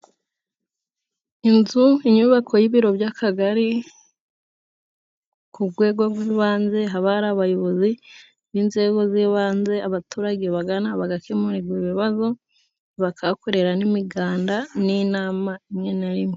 Inzu inyubako y'ibiro by'akagari ku rwego rw'ibanze haba hari abayobozi b'inzego z'ibanze abaturage bagana bagakemurwa ibibazo bakahakorera n'imiganda n'inama rimwe na rimwe.